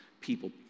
people